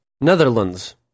Netherlands